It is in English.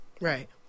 Right